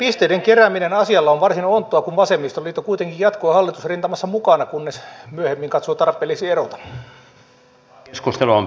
pisteiden kerääminen asialla on varsin onttoa kun vasemmistoliitto kuitenkin jatkoi hallitusrintamassa mukana kunnes myöhemmin katsoi tarpeelliseksi erota